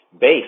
base